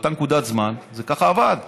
באותה נקודת זמן זה עבד ככה.